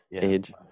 age